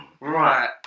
Right